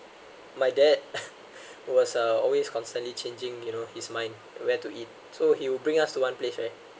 my dad who was uh always constantly changing you know his mind where to eat so he will bring us to one place right